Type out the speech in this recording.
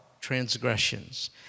transgressions